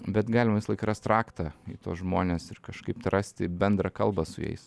bet galima visąlaik rast raktą į tuos žmones ir kažkaip tai rasti bendrą kalbą su jais